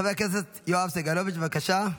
חבר הכנסת יואב סגלוביץ', בבקשה.